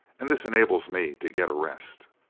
and this enables me to get a rest.